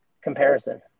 comparison